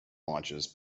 launches